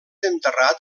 enterrat